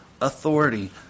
authority